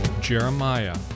Jeremiah